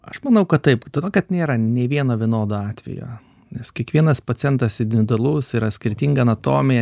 aš manau kad taip todėl kad nėra nei vieno vienodo atvejo nes kiekvienas pacientas individualus yra skirtinga anatomija